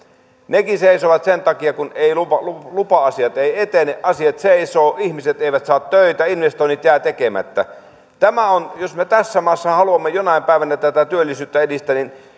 nekin seisovat sen takia kun lupa lupa asiat eivät etene asiat seisovat ihmiset eivät saa töitä investoinnit jäävät tekemättä jos me tässä maassa haluamme jonain päivänä työllisyyttä edistää niin